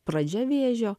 pradžia vėžio